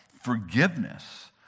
forgiveness